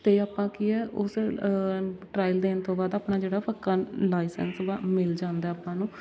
ਅਤੇ ਆਪਾਂ ਕੀ ਹੈ ਉਸ ਟ੍ਰਾਇਲ ਦੇਣ ਤੋਂ ਬਾਅਦ ਆਪਣਾ ਜਿਹੜਾ ਪੱਕਾ ਲਾਇਸੈਂਸ ਬ ਮਿਲ ਜਾਂਦਾ ਆਪਾਂ ਨੂੰ